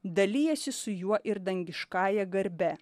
dalijasi su juo ir dangiškąja garbe